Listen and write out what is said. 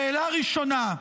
שאלה ראשונה: